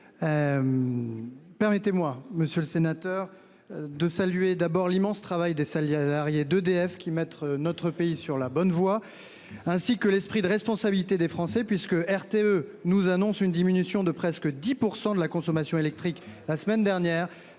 Permettez-moi monsieur le sénateur. De saluer d'abord l'immense travail des Salia salariés d'EDF qui mettre notre pays sur la bonne voie, ainsi que l'esprit de responsabilité des Français puisque RTE nous annonce une diminution de presque 10 pour. De la consommation électrique la semaine dernière